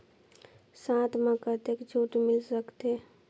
साथ म कतेक छूट मिल सकथे?